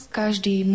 každý